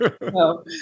No